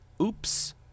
oops